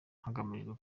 hagamijwe